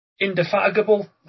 Indefatigable